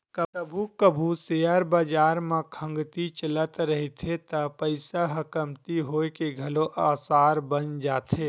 कभू कभू सेयर बजार म खंगती चलत रहिथे त पइसा ह कमती होए के घलो असार बन जाथे